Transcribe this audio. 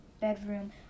bedroom